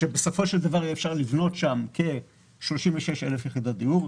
כך שבסופו של דבר אפשר יהיה לבנות שם כ-36,000 יחידות דיור,